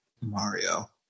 Mario